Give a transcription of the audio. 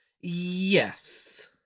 Yes